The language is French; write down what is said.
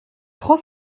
prend